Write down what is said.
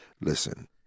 listen